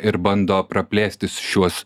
ir bando praplėsti šiuos